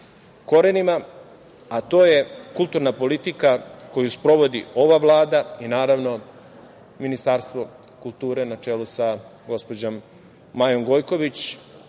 a to je kulturna politika koju sprovodi ova Vlada i, naravno, Ministarstvo kulture, na čelu sa gospođom Majom Gojković,